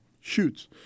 shoots